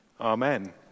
amen